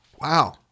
Wow